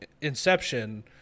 Inception